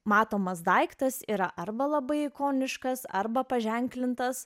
matomas daiktas yra arba labai ikoniškas arba paženklintas